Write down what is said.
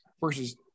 versus